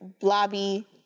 Blobby